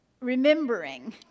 remembering